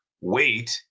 wait